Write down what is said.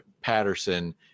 Patterson